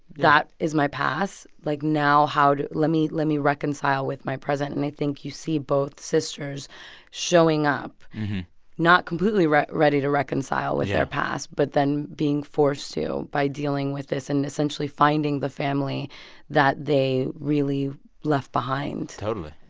that is my past. like, now let me let me reconcile with my present. and i think you see both sisters showing up not completely ready ready to reconcile. yeah. with their pasts but then being forced to by dealing with this and essentially finding the family that they really left behind totally,